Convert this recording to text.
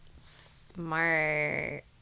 Smart